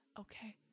okay